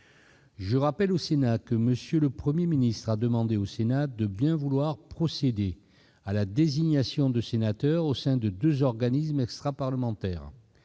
Je rappelle au Sénat que M. le Premier ministre a demandé au Sénat de bien vouloir procéder à la désignation de sénateurs au sein de deux organismes extraparlementaires.